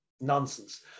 nonsense